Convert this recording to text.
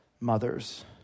mothers